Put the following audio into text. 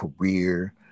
career